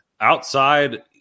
outside